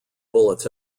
bullets